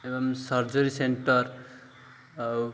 ଏବଂ surgery centre ଆଉ